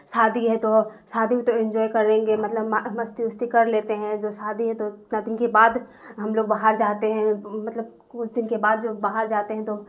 سادی ہے تو شادی میں تو انجوائے کریں گے مطلب مستی وستی کر لیتے ہیں جو شادی ہے تو اتنا دن کے بعد ہم لوگ باہر جاتے ہیں مطلب کچھ دن کے بعد جو باہر جاتے ہیں تو